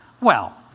Well